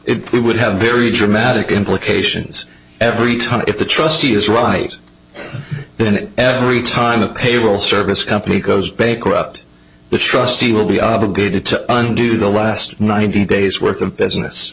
it would have very dramatic implications every time if the trustee is right then every time a payroll service company goes bankrupt the trustee will be obligated to undo the last ninety days worth of business